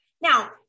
Now